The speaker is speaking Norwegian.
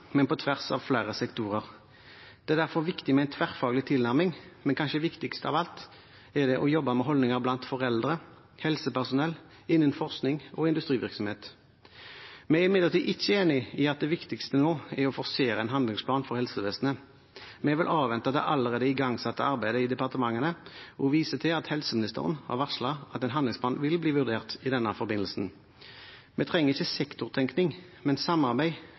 men på tvers av flere sektorer. Det er derfor viktig med en tverrfaglig tilnærming, men kanskje viktigst av alt er det å jobbe med holdninger blant foreldre, helsepersonell, innen forskning og industrivirksomhet. Vi er imidlertid ikke enig i at det viktigste nå er å forsere en handlingsplan for helsevesenet. Vi vil avvente det allerede igangsatte arbeidet i departementene og viser til at helseministeren har varslet at en handlingsplan vil bli vurdert i denne forbindelse. Vi trenger ikke sektortenkning, men samarbeid